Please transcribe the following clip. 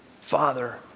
Father